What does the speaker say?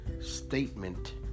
statement